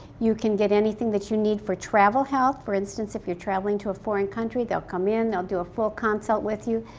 you can get anything that you need for travel health. for instance, if you're traveling to a foreign country, they'll come in, they'll do a full consult with you,